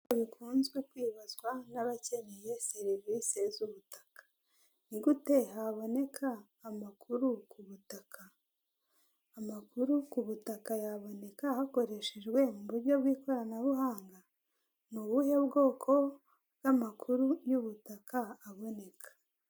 Bikunzwe kwibazwa n'abakeneye serivisi z'ubutaka ni gute haboneka amakuru ku butaka? Amakuru ku butaka yaboneka hakoreshejwe uburyo bw'ikoranabuhanga? Ni ubuhe bwoko bw'amakuru y'ubutaka aboneka.